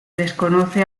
desconoce